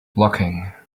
blocking